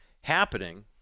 happening